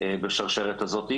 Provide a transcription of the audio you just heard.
בשרשרת הזאת,